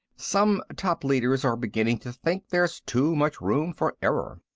some top leaders are beginning to think there's too much room for error.